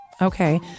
Okay